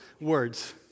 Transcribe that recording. words